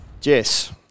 Jess